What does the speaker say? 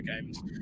games